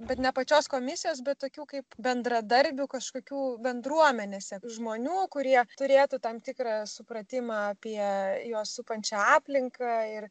bet ne pačios komisijos bet tokių kaip bendradarbių kažkokių bendruomenėse žmonių kurie turėtų tam tikrą supratimą apie juos supančią aplinką ir